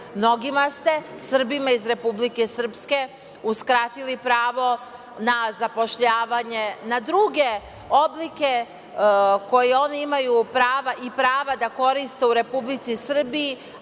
Mnogima ste, Srbima iz Republike Srpske, uskratili pravo na zapošljavanje, na druge oblike koje oni imaju prava da koriste u Republici Srbiji,